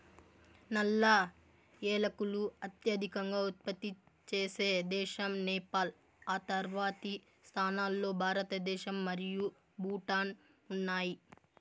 నల్ల ఏలకులు అత్యధికంగా ఉత్పత్తి చేసే దేశం నేపాల్, ఆ తర్వాతి స్థానాల్లో భారతదేశం మరియు భూటాన్ ఉన్నాయి